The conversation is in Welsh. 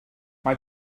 mae